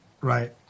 Right